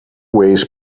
ways